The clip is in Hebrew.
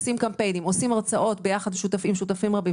עושים קמפיינים והרצאות עם שותפים רבים.